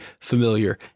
familiar